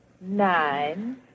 Nine